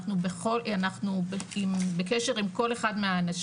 אנחנו בקשר עם כל אחד מהאנשים,